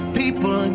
people